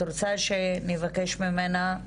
חברת הכנסת בזק, את רוצה שאני אבקש ממנה?